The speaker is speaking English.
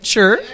Sure